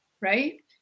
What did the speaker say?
right